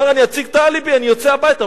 אמר: אני אציג את האליבי, אני אצא הביתה.